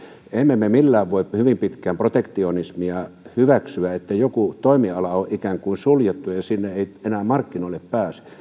emme me millään voi hyvin pitkään protektionismia hyväksyä niin että joku toimiala on ikään kuin suljettu ja sinne ei enää markkinoille pääse